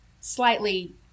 slightly